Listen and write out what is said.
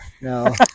no